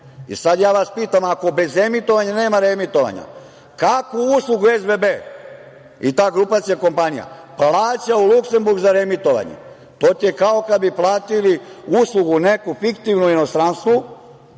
ja vas pitam. Ako bez emitovanja nema reemitovanja kakvu uslugu SBB i ta grupacija kompanija plaća u Luksemburg za reemitovanje? To ti je kao kad bi platili uslugu neku fiktivnu u inostranstvu,